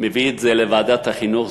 מביא את זה לוועדת החינוך,